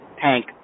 tank